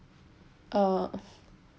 uh